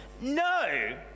no